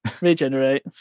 Regenerate